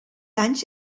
anys